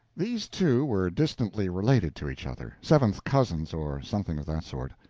these two were distantly related to each other seventh cousins, or something of that sort.